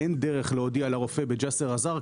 מתוקף סמכותו ובאישור הוועדה.